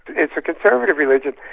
it's a conservative religion.